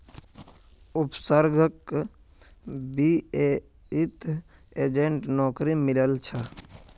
उपसर्गक बीएसईत एजेंटेर नौकरी मिलील छ